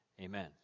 Amen